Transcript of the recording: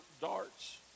darts